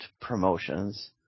promotions